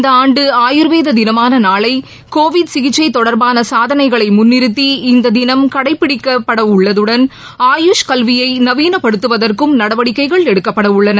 இந்த ஆண்டு ஆயுர்வேத தினமான நாளை கோவிட் சிகிச்சை தொடர்பான சாதனைகளை முன்னிறத்தி இந்த தினம் கடைபிடிக்கப்படவுள்ளதுடன் ஆயுஷ் கல்வியை நவீனப்படுத்துவதற்கும் நடவடிக்கைகள் எடுக்கப்படவுள்ளன